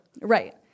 Right